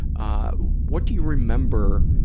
ah, what do you remember,